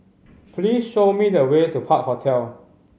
please show me the way to Park Hotel